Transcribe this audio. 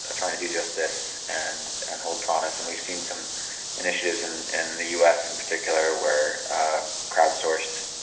ah trying to do just this and and hold promise, and we've seen some initiatives and in the us in particular where crowd sourced